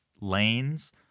lanes